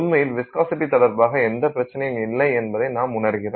உண்மையில் விஸ்காசிட்டி தொடர்பாக எந்தப் பிரச்சினையும் இல்லை என்பதை நாம் உணர்கிறோம்